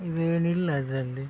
ಇದು ಏನಿಲ್ಲ ಇದರಲ್ಲಿ